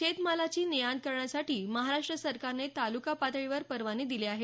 शेतीमालाची ने आण करण्यासाठी महाराष्ट्र सरकारने तालुका पातळीवर परवाने दिले आहेत